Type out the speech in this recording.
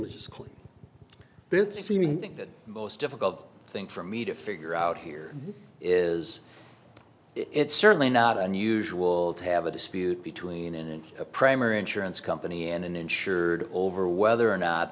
then seeming think that most difficult thing for me to figure out here is it's certainly not unusual to have a dispute between in a primary insurance company and an insured over whether or not